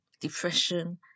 depression